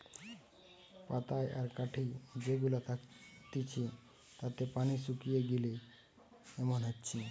পাতায় আর কাঠি যে গুলা থাকতিছে তাতে পানি শুকিয়ে গিলে এমন হচ্ছে